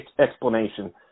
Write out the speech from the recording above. explanation